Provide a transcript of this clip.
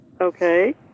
Okay